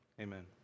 amen